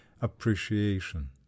appreciation